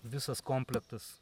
visas komplektas